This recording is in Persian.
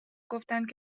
گفتند